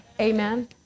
Amen